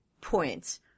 points